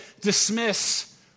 dismiss